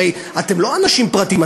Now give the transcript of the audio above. הרי אתם לא אנשים פרטיים,